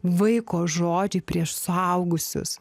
vaiko žodžiai prieš suaugusius